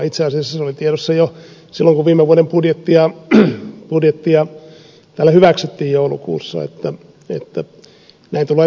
itse asiassa se oli tiedossa jo silloin kun viime vuoden budjettia täällä hyväksyttiin joulukuussa että näin tulee tapahtumaan